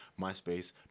MySpace